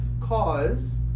cause